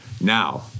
now